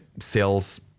sales